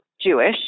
Jewish